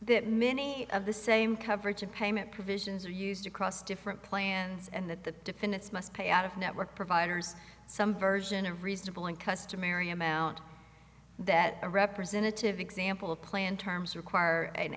that many of the same coverage of payment provisions are used across different plans and that the defendants must pay out of network providers some version of reasonable and customary amount that a representative example of plan terms require an